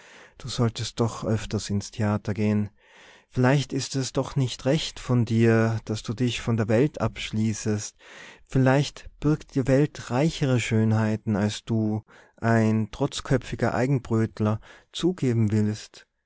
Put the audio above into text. du solltest doch öfter ins theater gehen vielleicht ist es doch nicht recht von dir daß du dich von der welt abschließest vielleicht birgt die welt reichere schönheiten als du ein trotzköpfiger eigenbrödler zugeben